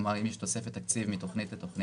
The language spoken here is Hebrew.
כלומר אם יש תוספת תקציב מתוכנית לתוכנית,